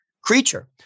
creature